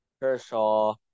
Kershaw